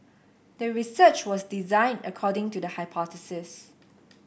the research was designed according to the hypothesis